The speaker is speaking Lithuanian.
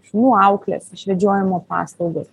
šunų auklės išvedžiojimo paslaugos